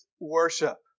worship